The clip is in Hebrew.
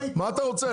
מה אתה רוצה?